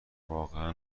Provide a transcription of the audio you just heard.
واقعا